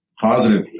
positive